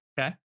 Okay